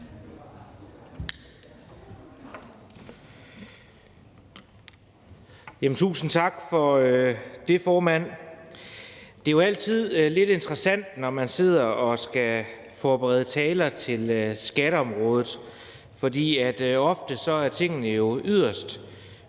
Tusind tak for det, formand. Det er altid lidt interessant, når man sidder og skal forberede taler på skatteområdet, for ofte er tingene yderst